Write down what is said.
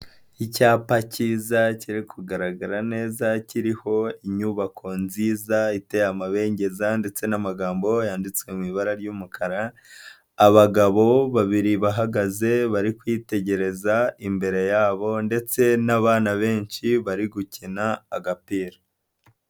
Icyapa kiyiza, kiri kugaragara neza, kiriho inyubako nziza, iteye amabengeza ndetse n'amagambo yanditsewe mu ibara ry'umukara, abagabo babiri bahagaze, bari kwitegereza imbere yabo ndetse n'abana benshi, bari gukina agapira.